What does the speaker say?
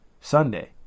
Sunday